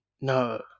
no